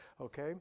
Okay